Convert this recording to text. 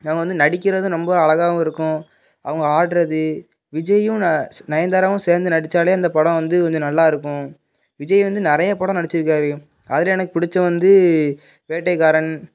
அவங்க வந்து நடிக்கிறதும் ரொம்ப அழகாவும் இருக்கும் அவங்க ஆடுவது விஜயும் ந சே நயன்தாராவும் சேர்ந்து நடித்தாலே அந்த படம் வந்து கொஞ்சம் நல்லா இருக்கும் விஜய் வந்து நிறைய படம் நடிச்சுருக்காரு அதில் எனக்கு பிடிச்ச வந்து வேட்டைக்காரன்